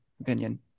opinion